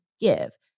give